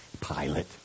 pilot